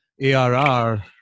ARR